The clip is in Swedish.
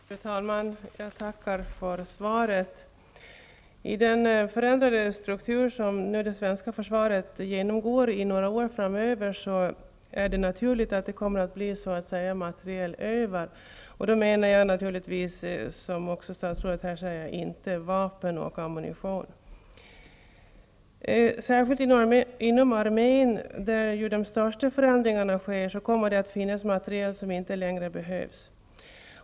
Fru talman! Jag tackar för svaret. I den förändrade struktur som det svenska försvaret genomgår under några år framöver är det naturligt att där kommer att bli materiel över. Som statsrådet säger menar jag naturligtvis inte vapen och ammunition. Särskilt inom armén, där de största förändringarna sker, kommer det att finnas materiel som inte längre behövs.